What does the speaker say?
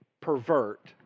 pervert